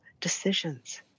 decisions